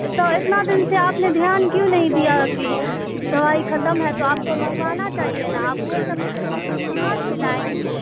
تو اتنا دن سے آپ نے دھیان کیوں نہیں دیا کہ دوائی ختم ہے تو آپ کو منگوانا چاہیے نا اب وہ سب کہاں سے لائیں گے